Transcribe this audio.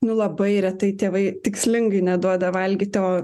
nu labai retai tėvai tikslingai neduoda valgyti o